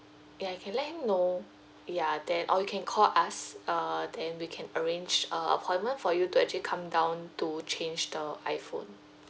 ya you can let him know ya that or you can call us err then we can arrange a appointment for you to actually come down to change the iphone